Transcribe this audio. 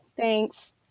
Thanks